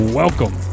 welcome